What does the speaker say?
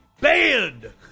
Banned